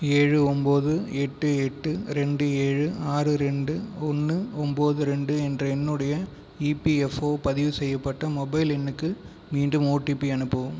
ஏழு ஒன்போது எட்டு எட்டு ரெண்டு ஏழு ஆறு ரெண்டு ஒன்று ஒம்பது ரெண்டு என்ற என்னுடைய இபிஎஃப்ஓ பதிவு செய்யப்பட்ட மொபைல் எண்ணுக்கு மீண்டும் ஓடிபி அனுப்பவும்